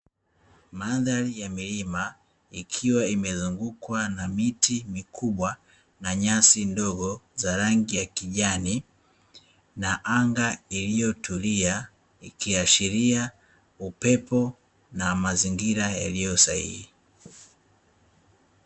Mandhari ya milima, ikiwa imezungukwa na miti mikubwa na nyasi ndogo za rangi ya kijani na anga iliyotulia ikiashiria upepo na mazingira yaliyosahihi.